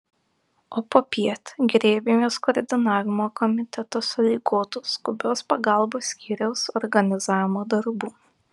o popiet griebėmės koordinavimo komiteto sąlygotų skubios pagalbos skyriaus organizavimo darbų